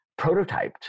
prototyped